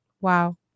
Wow